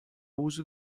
uso